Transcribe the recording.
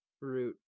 root